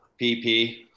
PP